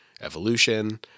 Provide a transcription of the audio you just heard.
evolution